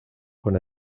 con